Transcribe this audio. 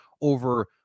over